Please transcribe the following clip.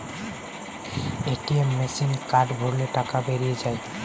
ATM মেসিনে card ভরলে টাকা বেরিয়ে যায়